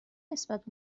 نسبت